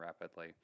rapidly